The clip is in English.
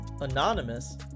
Anonymous